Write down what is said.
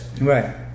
Right